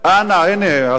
השרים שנמצאים,